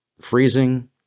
freezing